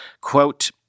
quote